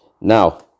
Now